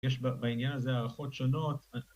‫יש בעניין הזה הערכות שונות.